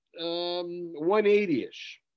180-ish